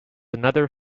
another